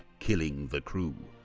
killing the crew,